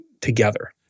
together